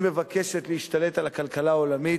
היא מבקשת להשתלט על הכלכלה העולמית,